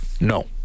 No